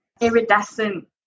iridescent